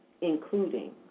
including